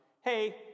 hey